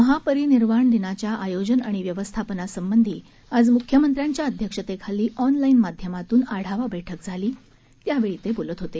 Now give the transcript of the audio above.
महापरिनिर्वाण दिनाच्या आयोजन आणि व्यवस्थापनासंबंधी आज म्ख्यमंत्र्यांच्या अध्यक्षतेखाली ऑनलाईन माध्यमातून आढावा बैठक झाली त्यावेळी ते बोलत होते